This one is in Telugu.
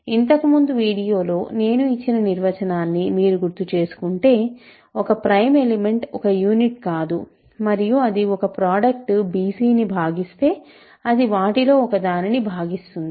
ఇంతకుముందు వీడియోలో నేను ఇచ్చిన నిర్వచనాన్ని మీరు గుర్తుచేసుకుంటే ఒక ప్రైమ్ ఎలిమెంట్ ఒక యూనిట్ కాదు మరియు అది ఒక ప్రాడక్ట్ bc ని భాగిస్తే అది వాటిలో ఒకదాన్ని భాగిస్తుంది